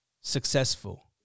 successful